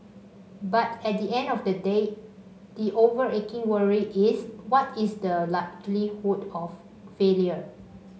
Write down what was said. but at the end of the day the overarching worry is what is the likelihood of failure